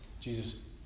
Jesus